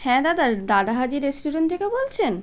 হ্যাঁ দাদা দাদা হাজী রেস্টুরেন্ট থেকে বলছেন